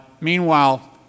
meanwhile